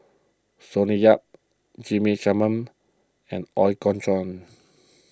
Sonny Yap G P Selvam and Ooi Kok Chuen